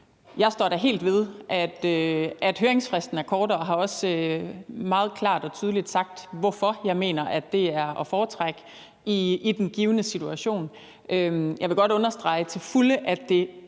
Jeg står da helt ved, at høringsfristen er kort, og jeg har også meget klart og tydeligt sagt, hvorfor jeg mener, det er at foretrække i den givne situation. Jeg vil godt understrege til fulde, at det